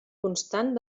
constant